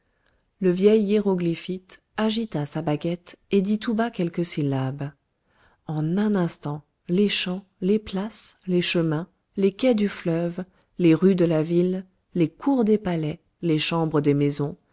le vieil hiéroglyphite agita sa baguette et dit tout bas quelques syllabes en un instant les champs les places les chemins les quais du fleuve les rues de la ville les cours des palais les chambres des maisons